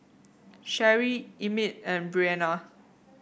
Sherie Emmit and Breana